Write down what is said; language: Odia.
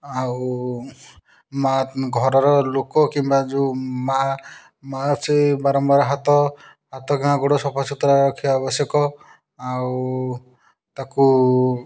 ଆଉ ମାଆ ଘରର ଲୋକ କିମ୍ବା ଯେଉଁ ମାଆ ମାଆ ସେ ବାରମ୍ବାର ହାତ ହାତ ଗୋଡ଼୍ ସଫା ସୁତୁରା ରଖିବା ଆବଶ୍ୟକ ଆଉ ତାକୁ